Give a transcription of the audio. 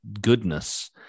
goodness